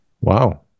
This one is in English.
Wow